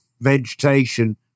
vegetation